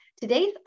Today's